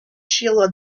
shiela